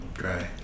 Right